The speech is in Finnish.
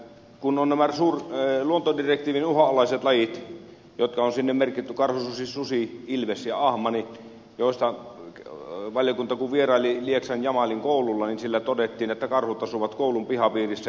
on nämä luontodirektiivin uhanalaiset lajit jotka sinne on merkitty karhu susi ilves ja ahma joista kun valiokunta vieraili lieksan jamalin koululla todettiin että karhut asuvat koulun pihapiirissä